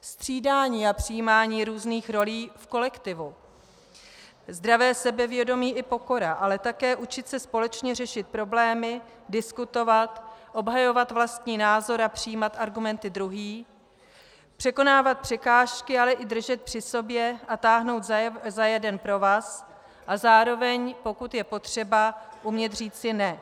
Střídání a přijímání různých rolí v kolektivu, zdravé sebevědomí i pokora, ale také učit se společně řešit problémy, diskutovat, obhajovat vlastní názor a přijímat argumenty druhých, překonávat překážky, ale i držet při sobě a táhnout za jeden provaz a zároveň, pokud je potřeba, umět říci ne.